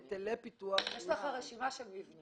יש לך רשימה של מבנים